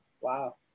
Wow